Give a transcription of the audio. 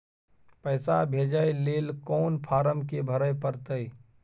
पैसा भेजय लेल कोन फारम के भरय परतै?